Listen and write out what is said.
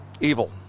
Evil